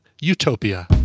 Utopia